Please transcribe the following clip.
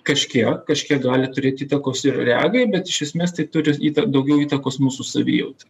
kažkiek kažkiek gali turėt įtakos ir regai bet iš esmės tai turi daugiau įtakos mūsų savijautai